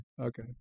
Okay